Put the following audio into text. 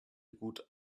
gut